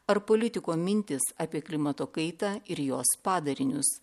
ar politiko mintys apie klimato kaitą ir jos padarinius